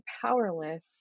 powerless